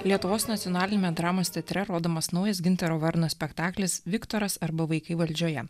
lietuvos nacionaliniame dramos teatre rodomas naujas gintaro varno spektaklis viktoras arba vaikai valdžioje